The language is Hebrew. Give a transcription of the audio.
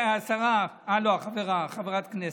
השרה, אה, לא, החברה, חברת הכנסת,